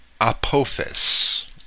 Apophis